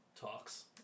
talks